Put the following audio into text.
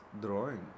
drawing